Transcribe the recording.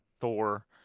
Thor